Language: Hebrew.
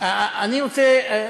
אני רוצה,